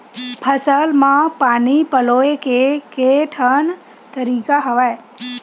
फसल म पानी पलोय के केठन तरीका हवय?